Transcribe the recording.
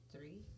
Three